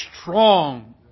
strong